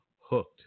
hooked